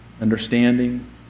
understanding